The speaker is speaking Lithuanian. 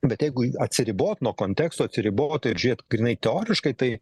bet jeigu atsiribot nuo konteksto atsiribot ir žiūrėt grynai teoriškai tai